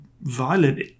violent